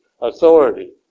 authority